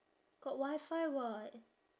got WiFi [what]